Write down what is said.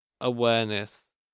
awareness